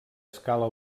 escala